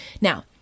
Now